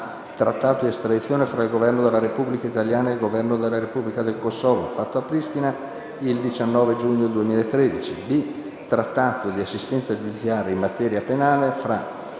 b) *Trattato di assistenza giudiziaria in materia penale tra